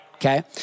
Okay